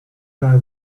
guy